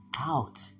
out